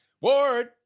Ward